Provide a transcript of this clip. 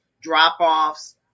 drop-offs